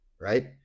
right